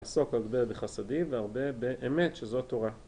עסוק הרבה בחסדי והרבה באמת שזו תורה